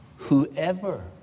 whoever